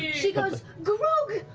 she goes, grog,